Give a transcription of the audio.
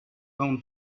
own